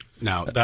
Now